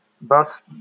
Thus